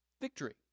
Victory